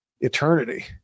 eternity